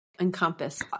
encompass